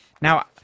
Now